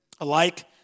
alike